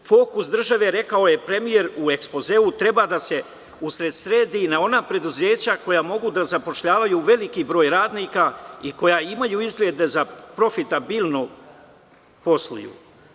Fokus države, rekao je premijer u ekspozeu, treba da se usredsredi i na ona preduzeća koja mogu da zapošljavaju veliki broj radnika i koja imaju izglede da profitabilnu posluju.